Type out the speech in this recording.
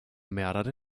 mehrere